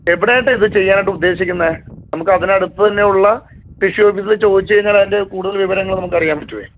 എവിടെ ആയിട്ടാണ് ഇത് ചെയ്യാനായിട്ട് ഉദ്ദേശിക്കുന്നത് നമുക്ക് അതിന് അടുത്ത് തന്നെ ഉള്ള കൃഷി ഓഫീസിൽ ചോദിച്ചു കഴിഞ്ഞാൽ അതിൻ്റെ കൂടുതൽ വിവരങ്ങൾ നമുക്ക് അറിയാൻ പറ്റുമേ